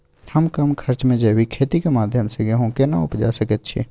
हम कम खर्च में जैविक खेती के माध्यम से गेहूं केना उपजा सकेत छी?